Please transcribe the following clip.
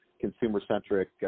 consumer-centric